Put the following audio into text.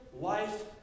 life